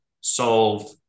solve